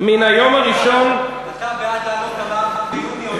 מן היום הראשון אתה בעד להעלות את המע"מ ביוני או לא?